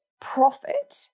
profit